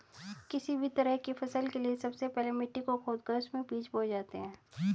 किसी भी तरह की फसल के लिए सबसे पहले मिट्टी को खोदकर उसमें बीज बोए जाते हैं